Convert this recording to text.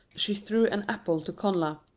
she threw an apple to connla.